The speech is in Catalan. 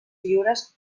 lliures